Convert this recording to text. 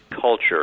culture